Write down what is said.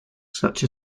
such